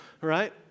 right